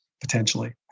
potentially